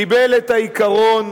קיבל את העיקרון